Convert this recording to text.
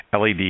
LED